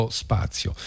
spazio